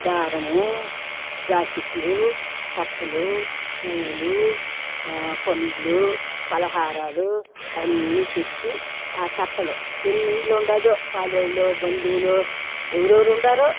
దారము జాకిట్లు తట్టలు పూలు పండ్లు పలహారాలు అన్ని తెచ్చి తట్టలు ఎన్నిండ్లుండాదో పాలోళ్ళు బంధువులు ఎవరెవరున్నారో